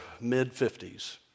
mid-50s